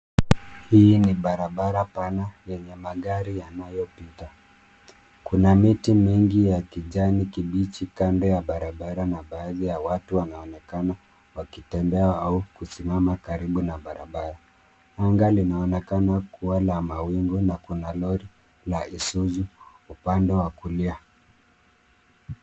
Hii ni barabara pana yenye magari yanayopita. Kuna miti mingi ya kijani kibichi kando ya barabara na baadhi ya watu wanaonekana wakitembea au kusimama karibu na barabara. Anga linaonekana kuwa na mawingu na kuna lori la Isuzu upande wa kulia.